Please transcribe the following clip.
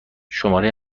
شماره